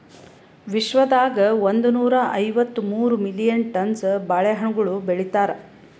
ವಿಶ್ವದಾಗ್ ಒಂದನೂರಾ ಐವತ್ತ ಮೂರು ಮಿಲಿಯನ್ ಟನ್ಸ್ ಬಾಳೆ ಹಣ್ಣುಗೊಳ್ ಬೆಳಿತಾರ್